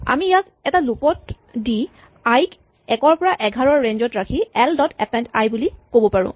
আমি ইয়াক এটা লুপ ত দি আই ক ১ ৰ পৰা ১১ ৰ ৰে়ঞ্জ ত ৰাখি এল ডট এপেন্ড আই বুলি কব পাৰোঁ